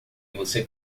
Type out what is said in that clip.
você